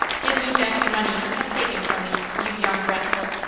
give me back the money you have taken from me, you young rascal!